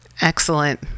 Excellent